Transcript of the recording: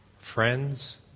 Friends